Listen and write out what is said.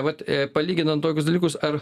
vat palyginant tokius dalykus ar